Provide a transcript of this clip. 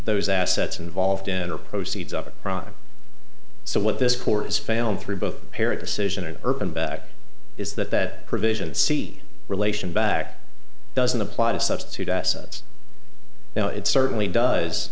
those assets involved in or proceeds of a crime so what this court has failed through both parent decision and urban back is that that provision see relation back doesn't apply to substitute assets now it certainly does